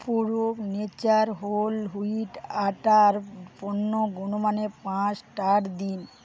pro nature whole wheat আটার পণ্য গুণমানকে পাঁচ স্টার দিন